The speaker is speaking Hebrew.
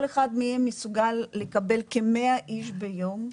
כל אחד מהם מסוגל לקבל כ-100 איש ביום.